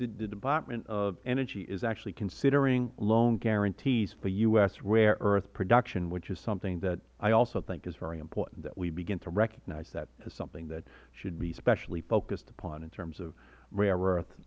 the department of energy is actually considering loan guarantees for u s rare earth production which is something that i also think is very important that we begin to recognize that as something that should be specially focused upon in terms of rare earth